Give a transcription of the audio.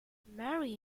marry